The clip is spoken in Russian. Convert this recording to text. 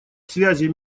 связей